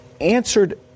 answered